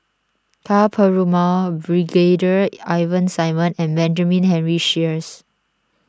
Ka Perumal Brigadier Ivan Simson and Benjamin Henry Sheares